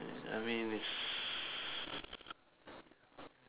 I mean is